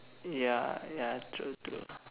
ya ya true true